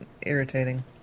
Irritating